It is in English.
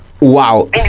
wow